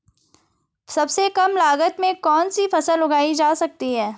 सबसे कम लागत में कौन सी फसल उगाई जा सकती है